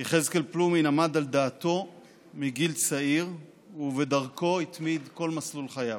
יחזקאל פלומין עמד על דעתו מגיל צעיר ובדרכו התמיד בכל מסלול חייו.